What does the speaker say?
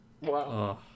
wow